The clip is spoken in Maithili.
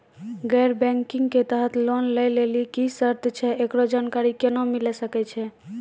गैर बैंकिंग के तहत लोन लए लेली की सर्त छै, एकरो जानकारी केना मिले सकय छै?